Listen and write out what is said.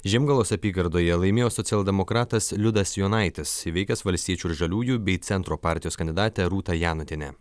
žiemgalos apygardoje laimėjo socialdemokratas liudas jonaitis įveikęs valstiečių ir žaliųjų bei centro partijos kandidatę rūtą janutienę